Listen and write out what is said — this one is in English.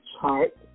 chart